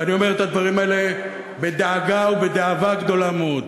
ואני אומר את הדברים האלה בדאגה ובדאבה גדולה מאוד.